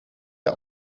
der